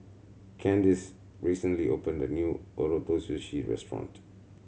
Kandice recently opened a new Ootoro Sushi Restaurant